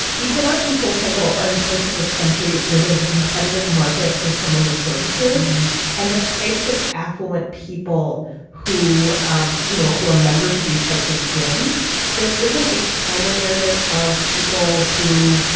equinox and solar cycle are in parts of the country where there's a competitive market for some of the services and the types of affluent people who um you know who are members of these types of gyms there isn't a counter narrative of people who